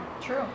True